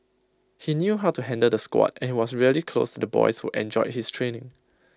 he knew how to handle the squad and he was really close to the boys who enjoyed his training